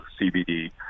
CBD